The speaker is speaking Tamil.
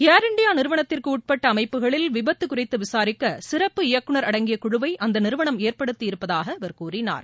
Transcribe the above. ஏர் இண்டியா நிறுவனத்திற்கு உட்பட்ட அமைப்புகளில் விபத்து குறித்து விசாரிக்க சிறப்பு இயக்குனர் அடங்கிய குழுவை அந்த நிறுவனம் ஏற்படுத்தியிருப்பதாக அவர் கூறினார்